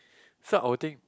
so I'll think